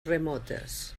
remotes